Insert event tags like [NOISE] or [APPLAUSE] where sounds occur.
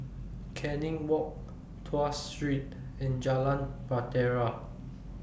[NOISE] Canning Walk Tuas Street and Jalan Bahtera